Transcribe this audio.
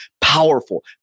powerful